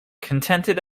contented